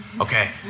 okay